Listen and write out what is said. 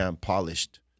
Polished